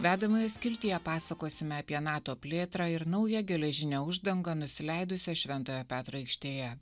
vedamoje skiltyje pasakosime apie nato plėtrą ir naują geležinę uždangą nusileidusią šventojo petro aikštėje